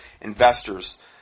investors